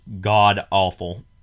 god-awful